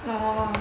oh